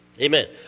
Amen